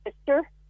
sister